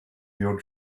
your